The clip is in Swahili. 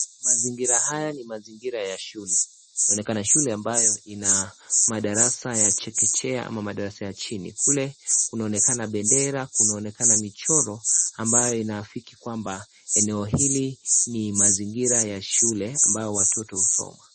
Mazingira haya ni mazingira ya shule. Inaonekana shule ambayo ina madarasa ya chekechea ama madarasa ya Chini kule, kunaonekana bendera kunaonekana michoro, ambayo inaafiki kwamba eneo hili ni mazingira ya shule ambayo watoto husoma.